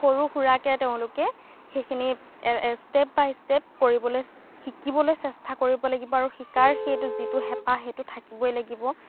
সৰু সুৰাকৈ তেওঁলোকে সেইখিনি ষ্টেপ বাই ষ্টেপ কৰিবলে শিকিবলৈ চেষ্টা কৰিব লাগিব আৰু শিকাৰ সেই যিটো হেঁপাহ সেইটো থাকিবই লাগিব